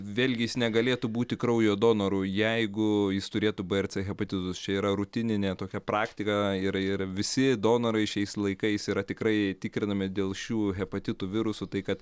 vėlgi jis negalėtų būti kraujo donoru jeigu jis turėtų b ir c hepatitus čia yra rutininė tokia praktika ir ir visi donorai šiais laikais yra tikrai tikrinami dėl šių hepatitų virusų tai kad